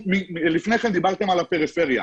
לפני כן, דיברתם על הפריפריה.